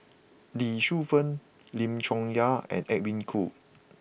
Lee Shu Fen Lim Chong Yah and Edwin Koo